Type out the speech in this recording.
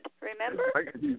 Remember